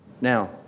Now